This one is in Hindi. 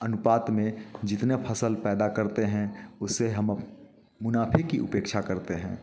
अनुपात में जितने फसल पैदा करते हैं उससे हम मुनाफे की उपेक्षा करते हैं